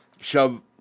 shove